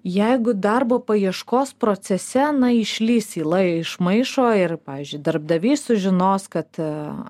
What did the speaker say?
jeigu darbo paieškos procese na išlįs yla iš maišo ir pavyzdžiui darbdavys sužinos kad